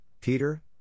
Peter